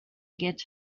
get